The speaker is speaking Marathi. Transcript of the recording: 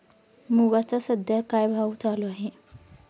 मुगाचा सध्या काय भाव चालू आहे?